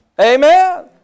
Amen